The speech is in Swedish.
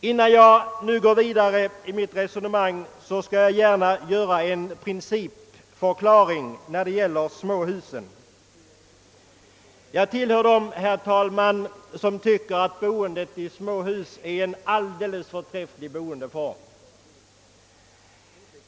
Innan jag går vidare i mitt resonemang skall jag gärna göra en principförklaring i fråga om småhusen. Jag tillhör dem, herr talman, som tycker att boendet i småhus är en alldeles förträfflig boendeform.